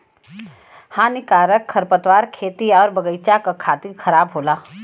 हानिकारक खरपतवार खेती आउर बगईचा क खातिर खराब होला